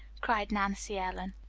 cried nancy ellen.